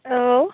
औ